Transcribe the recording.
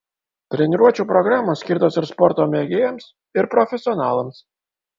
treniruočių programos skirtos ir sporto mėgėjams ir profesionalams